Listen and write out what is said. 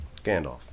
Gandalf